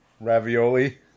ravioli